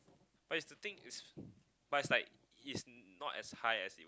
but is the thing is but is like it's not as high as